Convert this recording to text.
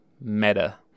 meta